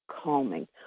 calming